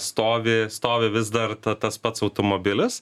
stovi stovi vis dar ta tas pats automobilis